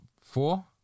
four